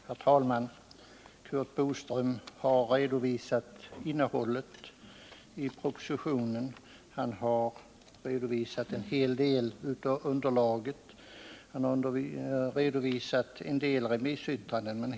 Herr talman! Curt Boström har redovisat innehållet i propositionen, han har också redovisat en hel del av underlaget, och han har redovisat en del remissyttranden.